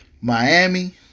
Miami